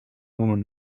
woman